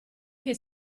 che